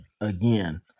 again